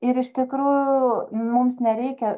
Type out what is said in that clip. ir iš tikrųjų mums nereikia